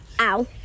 Ow